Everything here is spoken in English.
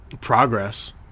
progress